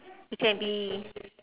it can be